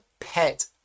pet